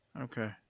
Okay